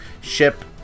ship